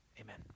Amen